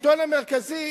לשלטון המרכזי